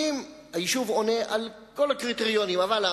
והיו בחוק ההסדרים ונותרו